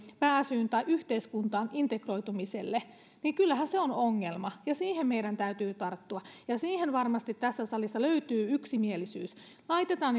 pääsyyn tai yhteiskuntaan integroitumiselle kyllähän se on ongelma ja siihen meidän täytyy tarttua ja siihen varmasti tässä salissa löytyy yksimielisyys laitetaan